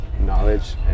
knowledge